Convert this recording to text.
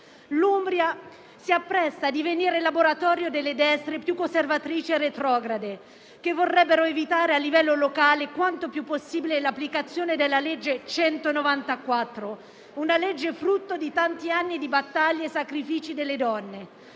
L'Umbria si appresta a divenire laboratorio delle destre più conservatrici e retrograde, che vorrebbero evitare a livello locale quanto più possibile l'applicazione della legge n. 194, una legge frutto di tanti anni di battaglie e sacrifici delle donne.